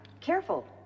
careful